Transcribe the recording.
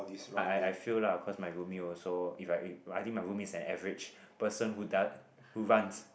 I I I feel lah cause my roomie also if I I think my roomie average person who done who runs